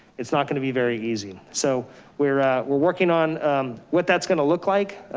it's not gonna be very easy. so we're we're working on what that's gonna look like.